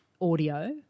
audio